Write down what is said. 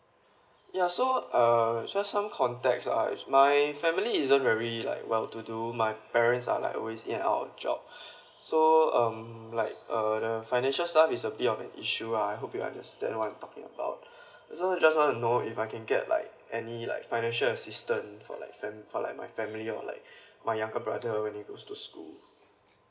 ya so err just some contacts are my family isn't very like well to do my parents are like always in out of job so um like err the financial stuff is a bit of an issue lah I hope you understand what I'm talking about so just wanna know if I can get like any like financial assistance for like fam~ for like my family or like my younger brother when he goes to school